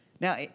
now